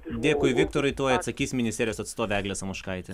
dėkui viktorai tuoj atsakys ministerijos atstovė eglė samoškaitė